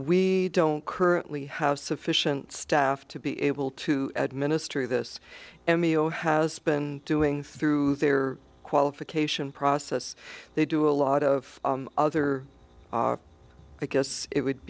we don't currently have sufficient staff to be able to administer this emil has been doing through their qualification process they do a lot of other i guess it would